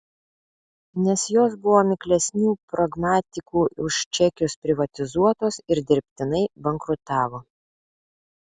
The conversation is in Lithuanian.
nes jos buvo miklesnių pragmatikų už čekius privatizuotos ir dirbtinai bankrutavo